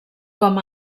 com